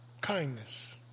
Kindness